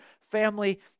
family